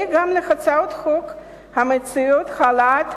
אלא גם להצעות חוק המציעות העלאת